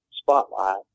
spotlight